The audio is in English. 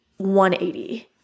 180